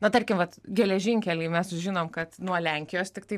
na tarkim vat geležinkeliai mes sužinom kad nuo lenkijos tiktai